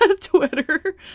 Twitter